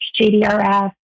JDRF